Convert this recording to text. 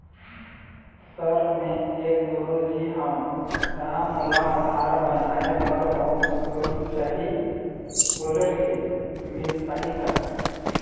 Sir मे एक गुरुजी हंव ता मोला आधार बनाए बर होम लोन चाही बोले रीहिस मील पाही का?